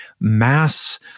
mass